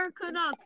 Canucks